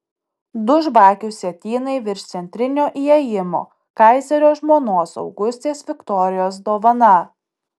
du žvakių sietynai virš centrinio įėjimo kaizerio žmonos augustės viktorijos dovana